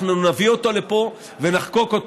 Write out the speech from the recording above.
אנחנו נביא אותו לפה ונחקוק אותו.